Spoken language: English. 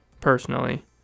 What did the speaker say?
personally